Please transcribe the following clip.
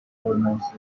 governments